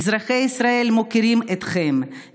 אזרחי ישראל מוקירים אתכם,